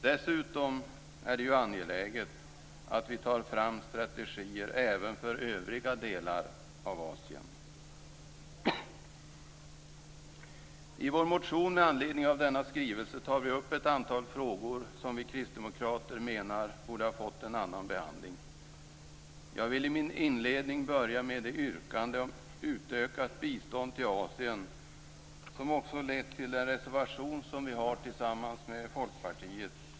Dessutom är det ju angeläget att vi tar fram strategier även för övriga delar av Asien. I vår motion med anledning av denna skrivelse tar vi upp ett antal frågor som vi kristdemokrater menar borde ha fått en annan behandling. Jag vill i min inledning börja med yrkandet om utökat bistånd till Asien som också har lett till den reservation som vi har tillsammans med Folkpartiet.